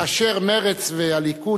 כאשר מרצ והליכוד,